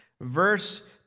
Verse